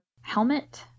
helmet